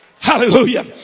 Hallelujah